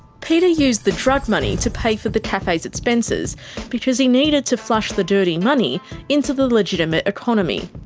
peter used the drug money to pay for the cafe's expenses because he needed to flush the dirty money into the legitimate economy.